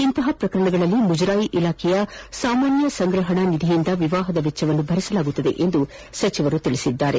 ಇಂತಹ ಪ್ರಕರಣದಲ್ಲಿ ಮುಜರಾಯಿ ಇಲಾಖೆಯ ಸಾಮಾನ್ಯ ಸಂಗ್ರಹಣ ನಿಧಿಯಿಂದ ವಿವಾಹದ ವೆಚ್ಚ ಭರಿಸಲಾಗುವುದು ಎಂದು ಸಚಿವರು ತಿಳಿಸಿದರು